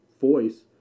voice